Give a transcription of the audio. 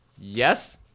Yes